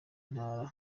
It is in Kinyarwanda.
ntara